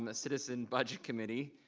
um ah citizen budget committee.